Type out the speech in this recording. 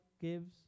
gives